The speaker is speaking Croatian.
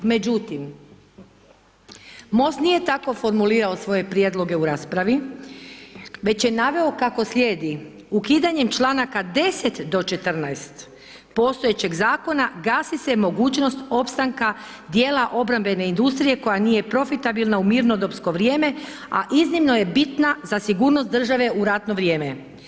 Međutim, MOST nije tako formulirao svoje prijedloge u raspravi već je naveo kako slijedi, ukidanjem članaka 10. do 14. postojećeg zakona gasi se mogućnost opstanka dijela obrambene industrije koja nije profitabilna u mirnodopsko vrijeme, a iznimno je bitna za sigurnost države u ratno vrijeme.